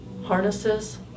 Harnesses